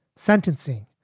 sentencing,